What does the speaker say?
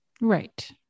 Right